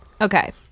Okay